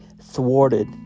thwarted